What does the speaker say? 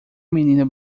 menina